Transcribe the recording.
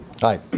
Hi